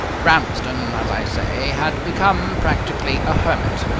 ramsden, as i say, had become practically a hermit.